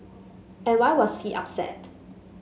and why was C upset